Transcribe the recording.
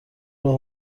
راهو